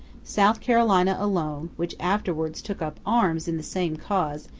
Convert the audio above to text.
south carolina alone, which afterwards took up arms in the same cause,